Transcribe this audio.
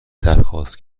درخواست